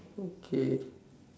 okay